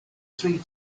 three